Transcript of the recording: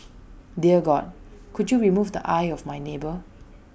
dear God could you remove the eye of my neighbour